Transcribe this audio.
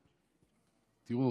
תראו,